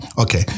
Okay